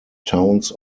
towns